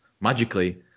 magically